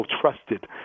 trusted